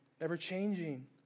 ever-changing